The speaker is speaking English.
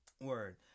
Word